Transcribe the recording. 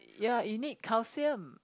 ya you need calcium